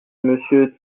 monsieur